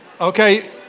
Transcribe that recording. Okay